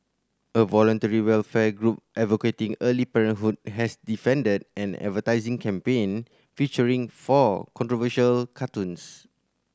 a voluntary welfare group advocating early parenthood has defended an advertising campaign featuring four controversial cartoons